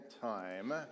time